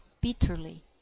bitterly